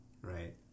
right